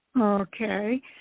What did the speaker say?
Okay